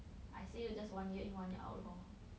I say you all just one ear in one ear out lor